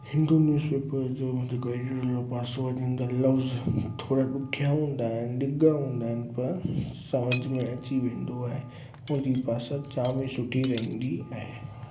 Hindu news paper जो जेको editorial पासो जंहिंजा लफ़्ज़ थोरा ॾुखिया हुंदा आहिनि ॾिघा हूंदा आहिनि पर समुझ में अची वेंदो आहे हुन जी भासा चा में सुठी रहंदी आहे